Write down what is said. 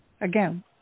Again